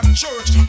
church